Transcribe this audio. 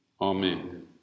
Amen